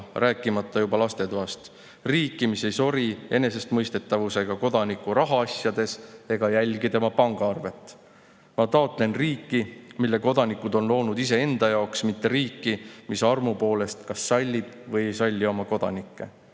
rääkimata juba lastetoast. Riiki, mis ei sori enesestmõistetavusega Kodaniku rahaasjades ega jälgi tema pangaarvet. Ma taotlen riiki, mille Kodanikud on loonud iseenda jaoks, mitte riiki, mis armu poolest kas sallib või ei salli oma Kodanikke."